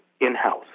in-house